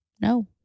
no